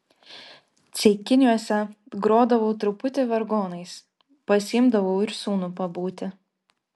ceikiniuose grodavau truputį vargonais pasiimdavau ir sūnų pabūti